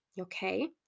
Okay